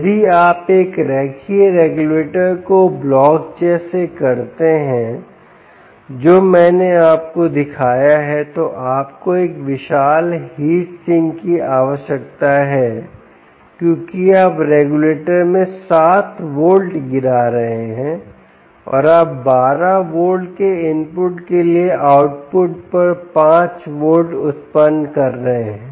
यदि आप एक रेखीय रेगुलेटर को ब्लॉक जैसे करते हैं जो मैंने आपको दिखाया है तो आपको एक विशाल हीट सिंक की आवश्यकता है क्योंकि आप रेगुलेटर में 7 वोल्ट गिरा रहे हैं और आप 12 वोल्ट के इनपुट के लिए आउटपुट पर 5 वोल्ट उत्पन्न कर रहे हैं